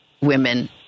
women